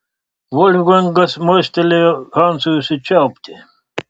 volfgangas mostelėjo hansui užsičiaupti